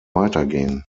weitergehen